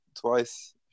twice